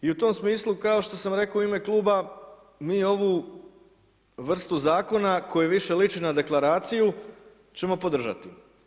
I u tom smislu, kao što sam rekao u ime kluba, mi ovu vrstu zakona, koji više liči na deklaraciju, ćemo podržati.